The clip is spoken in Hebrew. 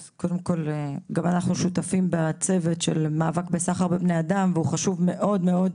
גם אנחנו שותפים בצוות של המאבק בסחר בבני אדם והוא חשוב מאוד-מאוד